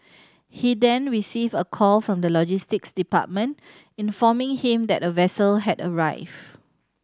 he then received a call from the logistics department informing him that a vessel had arrived